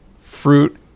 Fruit